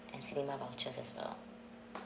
and cinema vouchers as well